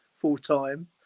full-time